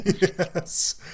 Yes